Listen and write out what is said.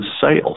sales